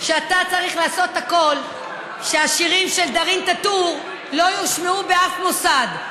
שאתה צריך לעשות הכול שהשירים של דארין טאטור לא יושמעו באף מוסד,